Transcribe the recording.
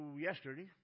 yesterday